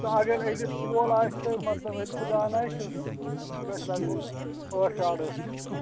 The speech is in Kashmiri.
تہٕ اگر ألِف وول آسہِ تۄہہِ مطلب ألفہٕ دانہٕ آسیٚس سُہ گژھِ لگ بگ ٲٹھ ساڑ ٲٹھ شَتھ حظ